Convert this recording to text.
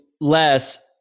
less